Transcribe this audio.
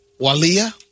Walia